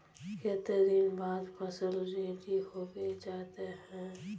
केते दिन बाद फसल रेडी होबे जयते है?